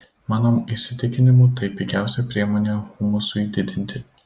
mano įsitikinimu tai pigiausia priemonė humusui didinti